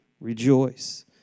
rejoice